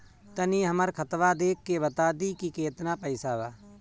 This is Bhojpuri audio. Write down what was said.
तनी हमर खतबा देख के बता दी की केतना पैसा बा?